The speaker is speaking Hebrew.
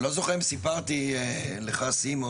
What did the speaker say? אני לא זוכר אם סיפרתי לך סימון,